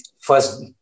first